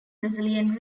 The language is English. brazilian